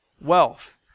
wealth